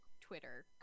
Twitter